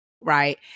right